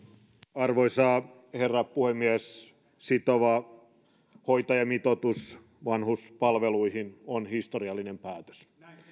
arvoisa herra puhemies sitova hoitajamitoitus vanhuspalveluihin on historiallinen päätös